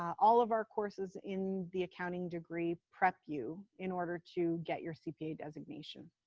all of our courses in the accounting degree prep you in order to get your cpa designation.